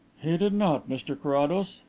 he did not, mr carrados.